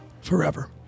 forever